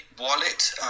wallet